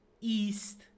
East